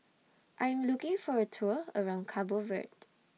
I Am looking For A Tour around Cabo Verde